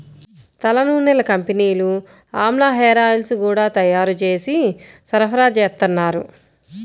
తలనూనెల కంపెనీలు ఆమ్లా హేరాయిల్స్ గూడా తయ్యారు జేసి సరఫరాచేత్తన్నారు